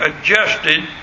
adjusted